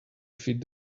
feed